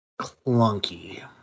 clunky